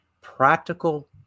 Practical